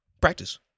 Practice